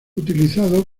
utilizado